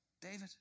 David